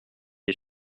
est